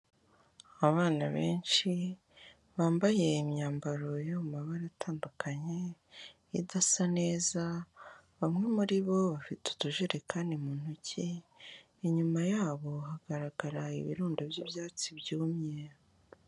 Abana benshi bambaye imyambaro yo mu mabara atandukanye idasa neza, bamwe muri bo bafite utujerekani mu ntoki, inyuma yabo hagaragara ibirundo by'ibyatsi byumye.